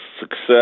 success